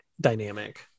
dynamic